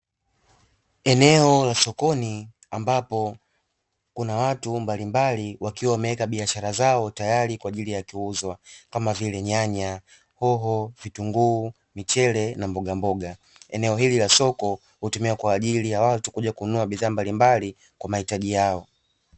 Eneo la sokoni ambapo kuna watu mbalimbali, wakiwa wameweka biashara zao tayari kwa ajili ya kuuzwa kama vile: nyanya, hoho, vitunguu, michele na mbogamboga. Eneo hili la soko hutumika kwa ajili ya watu kuja kununua bidhaa mbalimbali kwa mahitaji yao.